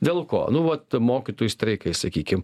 dėl ko nu vat mokytojų streikai sakykim